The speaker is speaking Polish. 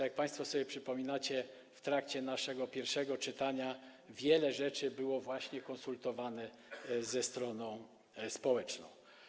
Jak państwo sobie przypominacie, w trakcie naszego pierwszego czytania wiele rzeczy było konsultowanych ze stroną społeczną.